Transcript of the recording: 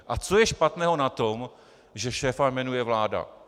A co je špatného na tom, že šéfa jmenuje vláda?